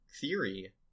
theory